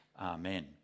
Amen